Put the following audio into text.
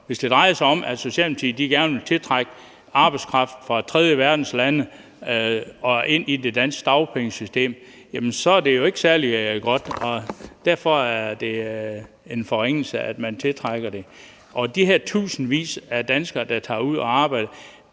Hvis det drejer sig om, at Socialdemokratiet gerne vil tiltrække arbejdskraft fra tredjeverdenslande og få dem ind i det danske dagpengesystem, så er det jo ikke særlig godt. Derfor er det en forringelse, at man tiltrækker dem. Med hensyn til de her tusindvis af danskere, der tager ud og arbejder,